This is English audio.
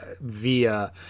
via